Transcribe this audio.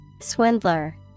Swindler